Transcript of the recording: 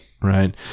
Right